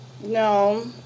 No